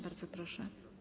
Bardzo proszę.